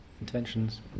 interventions